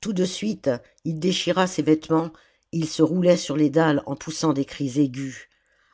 tout de suite il déchira ses vêtements et il se roulait sur les dalles en poussant des cris aigus